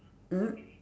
mm